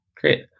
Great